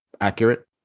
accurate